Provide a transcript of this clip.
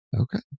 okay